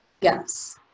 yes